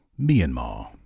Myanmar